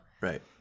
Right